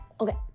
okay